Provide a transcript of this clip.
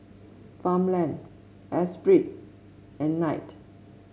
Farmland Espirit and Knight